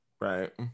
Right